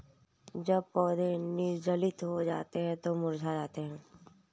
जब पौधे निर्जलित हो जाते हैं तो मुरझा जाते हैं